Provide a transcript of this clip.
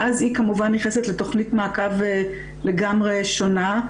ואז היא כמובן נכנסת לתוכנית מעקב לגמרי שונה,